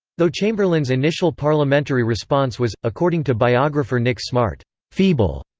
though chamberlain's initial parliamentary response was, according to biographer nick smart, feeble,